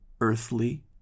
earthly